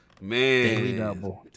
Man